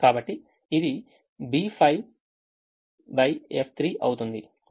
కాబట్టి ఇది B5xF3 అవుతుంది